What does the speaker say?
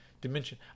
dimension